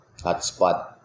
Hotspot